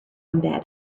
embedded